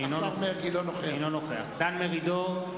אינו נוכח דן מרידור,